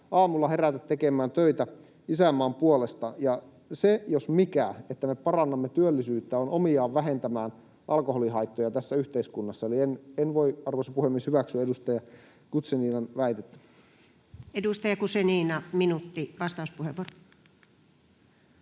aamulla herätä tekemään töitä isänmaan puolesta. Se, jos mikä — että me parannamme työllisyyttä — on omiaan vähentämään alkoholihaittoja tässä yhteiskunnassa. Eli en voi, arvoisa puhemies, hyväksyä edustaja Guzeninan väitettä. [Speech 18] Speaker: